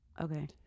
Okay